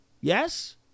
Yes